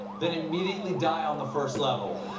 then immediately die on the first level.